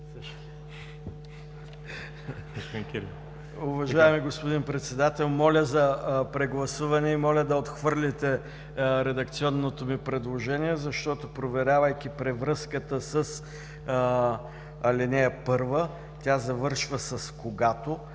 Уважаеми господин Председател, моля за прегласуване и моля да отхвърлите редакционното ми предложение, защото, проверявайки връзката с ал. 1 – тя завършва с „когато“,